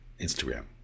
Instagram